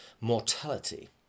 mortality